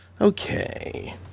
Okay